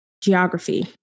geography